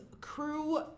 crew